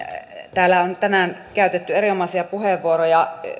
täällä on tänään käytetty erinomaisia puheenvuoroja